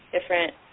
different